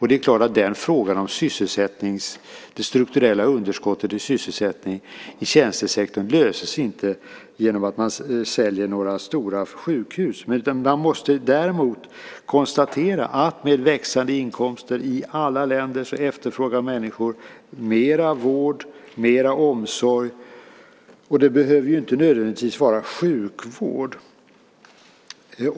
Det är klart att frågan om det strukturella underskottet i sysselsättningen i tjänstesektorn inte löses genom att man säljer några stora sjukhus. Däremot måste man konstatera att med växande inkomster i alla länder efterfrågar människor mera vård och mera omsorg. Det behöver inte nödvändigtvis vara fråga om sjukvård.